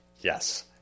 Yes